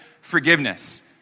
forgiveness